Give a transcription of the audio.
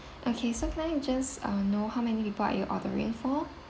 okay so can I just uh know how many people are you ordering for